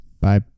Bye